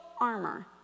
armor